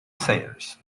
sayers